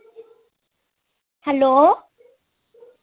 hello